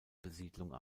besiedlung